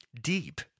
deep